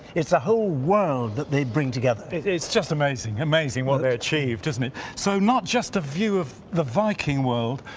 it's a whole world that they bring together. it's just amazing, amazing what they achieved. so not just a view of the viking world,